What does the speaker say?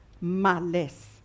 malice